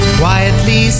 quietly